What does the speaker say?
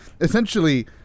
Essentially